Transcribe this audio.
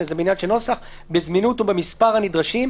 בזמינות ובמספר הנדרשים,